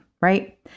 right